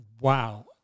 wow